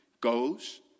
goes